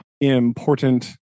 important